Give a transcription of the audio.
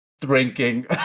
Drinking